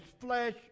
flesh